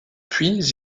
puis